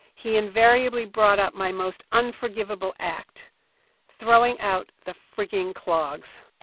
he invariably brought up my most unforgivable act throwing out the frigging clogs